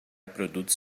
produtos